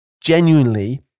genuinely